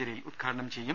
ജലീൽ ഉദ്ഘാടനം ചെയ്യും